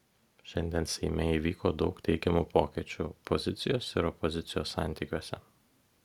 šiandien seime įvyko daug teigiamų pokyčių pozicijos ir opozicijos santykiuose